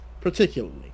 particularly